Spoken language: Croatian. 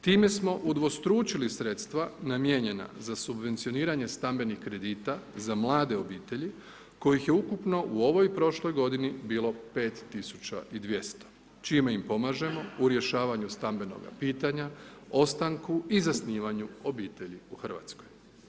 Time smo udvostručili sredstva namijenjena za subvencioniranje stambenih kredita za mlade obitelji kojih je ukupno u ovoj i prošloj godini bilo 5200 čime im pomažemo u rješavanju stambenoga pitanja, ostanku i zasnivanju obitelji u Hrvatskoj.